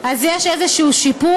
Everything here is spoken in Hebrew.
אז יש איזה שיפור.